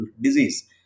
disease